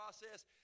process